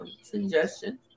suggestion